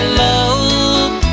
love